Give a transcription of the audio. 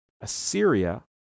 Assyria